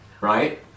right